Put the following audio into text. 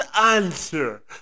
answer